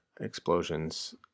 explosions